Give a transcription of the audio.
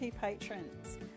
patrons